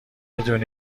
بدون